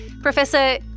Professor